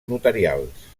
notarials